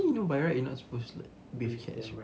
actually you know by right you're not supposed to bathe cats right